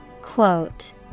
Quote